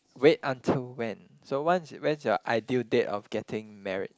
wait until when so once when's your ideal date of getting married